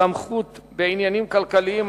(סמכות בעניינים כלכליים),